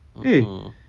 eh